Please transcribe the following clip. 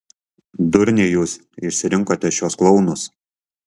durniai jūs išsirinkote šituos klounus